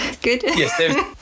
good